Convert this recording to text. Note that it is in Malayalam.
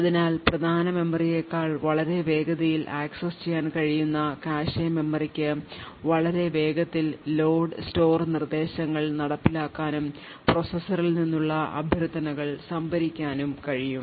അതിനാൽ പ്രധാന മെമ്മറിയേക്കാൾ വളരെ വേഗതയിൽ ആക്സസ് ചെയ്യാൻ കഴിയുന്ന കാഷെ മെമ്മറിക്ക് വളരെ വേഗത്തിൽ load store നിർദ്ദേശങ്ങൾ നടപ്പിലാക്കാനും പ്രോസസ്സറിൽ നിന്നുള്ള അഭ്യർത്ഥനകൾ സംഭരിക്കാനും കഴിയും